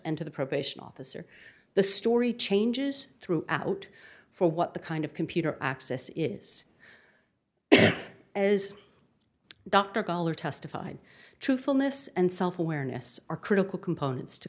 and to the probation officer the story changes through out for what the kind of computer access is as dr collar testified truthfulness and self awareness are critical components to